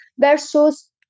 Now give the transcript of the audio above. versus